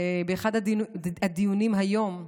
באחד הדיונים היום,